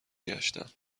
گشتم